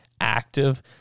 active